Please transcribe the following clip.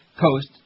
Coast